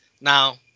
Now